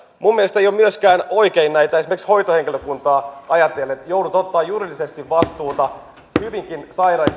minun mielestäni ei ole myöskään oikein esimerkiksi hoitohenkilökuntaa ajatellen että joudut ottamaan juridisesti vastuuta hyvinkin sairaista